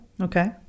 Okay